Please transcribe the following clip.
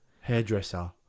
Hairdresser